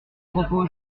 propos